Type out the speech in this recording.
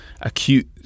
acute